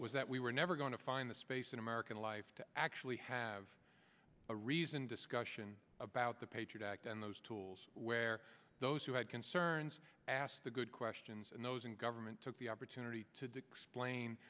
was that we were never going to find the space in american life to actually have a reasoned discussion about the patriot act and those tools where those who had concerns asked the good questions and those in government took the opportunity to